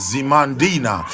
Zimandina